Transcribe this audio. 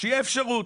שתהיה אפשרות.